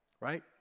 Right